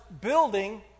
building